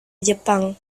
jepang